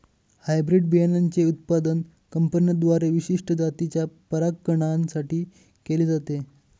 hybrid बियाणांचे उत्पादन कंपन्यांद्वारे विशिष्ट जातीच्या परागकणां साठी केले जाते